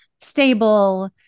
stable